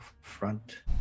front